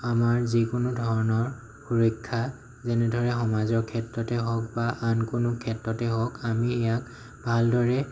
আমাৰ যিকোনো ধৰণৰ সুৰক্ষা যেনেদৰে সমাজৰ ক্ষেত্ৰতে হওঁক বা আন কোনো ক্ষেত্ৰতে হওঁক আমি ইয়াক ভালদৰে